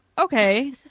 Okay